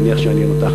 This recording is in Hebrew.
אני מניח שיעניין אותך.